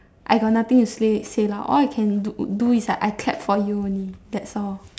I got nothing to say say lah all I can do do is like I clap for you only that's all